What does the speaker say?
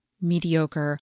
mediocre